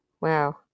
Wow